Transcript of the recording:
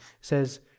says